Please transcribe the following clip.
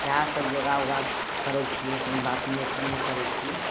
इहए सब योगा उगा करय छियै एसन बात छियै जे नहि करय छियै